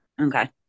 okay